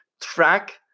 track